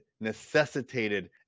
necessitated